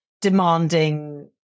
demanding